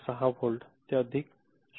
6 volt ते अधिक 0